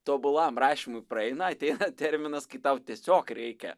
tobulam rašymui praeina ateina terminas kai tau tiesiog reikia